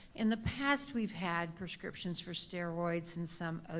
in the past we've had prescriptions for steroids and some